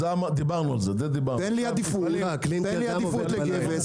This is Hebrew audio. תן עדיפות לגבס.